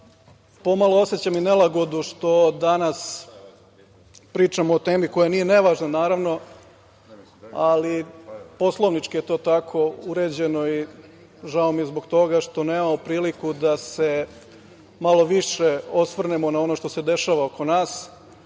pomalo osećam i nelagodu što danas pričamo o temi koja nije nevažna naravno, ali poslovnički je to tako uređeno i žao mi je zbog toga što nemamo priliku da se malo više osvrnemo na ono što se dešava oko nas,